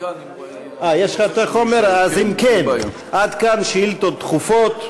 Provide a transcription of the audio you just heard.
אם כן, עד כאן שאילתות דחופות.